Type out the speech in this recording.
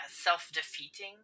self-defeating